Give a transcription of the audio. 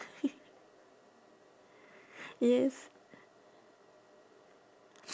yes